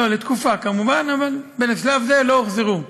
לתקופה, כמובן, אבל בשלב זה לא הוחזרו.